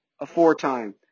aforetime